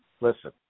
Listen